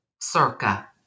circa